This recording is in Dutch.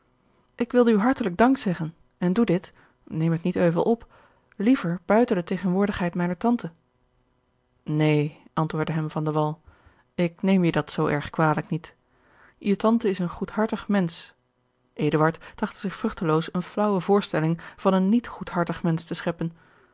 ik wilde u hartelijk dank zeggen en doe dit neem het niet euvel op liever buiten de tegenwoordigheid mijner tante neen antwoordde hem van de wall ik neem je dat zoo erg kwalijk niet je tante is een goedhartig mensch eduard trachtte zich vruchteloos eene flaauwe voorstelling van een niet goedhartig mensch te scheppen